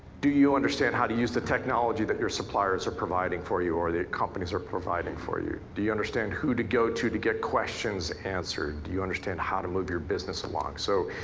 do you understand how to use the technology that your suppliers are providing for you or the companies are providing for you? do you understand who to go to to get questions answered? do you understand how to move your business along? so,